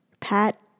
Pat